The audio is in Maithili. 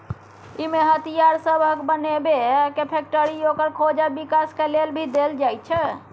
इमे हथियार सबहक बनेबे के फैक्टरी, ओकर खोज आ विकास के लेल भी देल जाइत छै